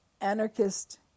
anarchist